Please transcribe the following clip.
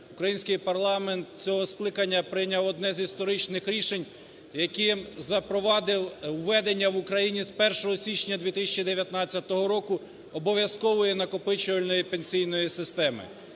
український парламент цього скликання прийняв одне з історичних рішень, яким запровадив введення в Україні з 1 січня 2019 року обов'язкової накопичувальної пенсійної системи.